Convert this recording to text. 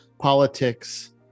politics